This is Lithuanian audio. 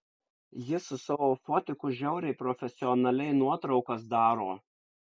jis su savo fotiku žiauriai profesionaliai nuotraukas daro